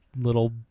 little